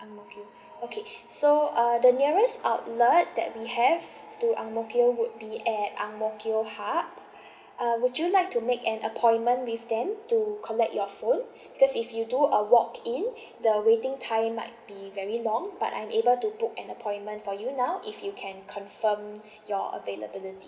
ang mo kio okay so uh the nearest outlet that we have to ang mo kio would be at ang mo kio hub uh would you like to make an appointment with them to collect your phone because if you do a walk-in the waiting time might be very long but I'm able to book an appointment for you now if you can confirm your availability